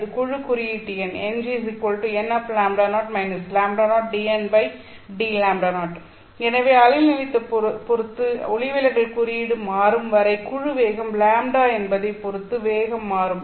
இது குழு குறியீட்டு எண் எனவே அலைநீளத்தைப் பொறுத்து ஒளிவிலகல் குறியீடு மாறும் வரை குழு வேகம் λ என்பதை பொறுத்து வேகம் மாறும்